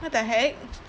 what the heck